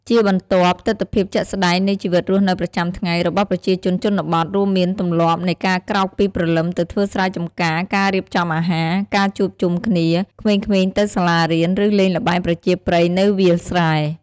ជាបន្ទាប់ ទិដ្ឋភាពជាក់ស្តែងនៃជីវិតរស់នៅប្រចាំថ្ងៃ របស់ប្រជាជនជនបទ រួមមានទម្លាប់នៃការក្រោកពីព្រលឹមទៅធ្វើស្រែចម្ការ ការរៀបចំអាហារ ការជួបជុំគ្នា ក្មេងៗទៅសាលារៀន ឬលេងល្បែងប្រជាប្រិយនៅវាលស្រែ។